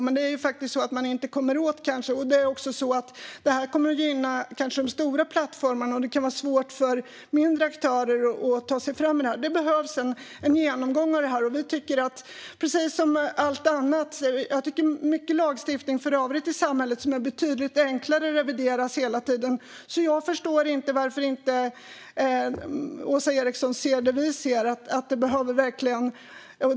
Man kanske inte kan komma åt, och detta kanske kommer att gynna de stora plattformarna då det kan vara svårt för mindre aktörer att ta sig fram. Det behövs en genomgång. Precis som med allt annat finns mycket lagstiftning i övrigt i samhället som är betydligt enklare och som revideras hela tiden. Jag förstår inte varför Åsa Eriksson inte ser det som vi ser, att det verkligen behövs.